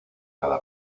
cada